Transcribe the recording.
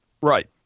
Right